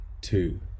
two